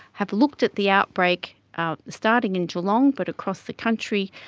have looked at the outbreak starting in geelong but across the country,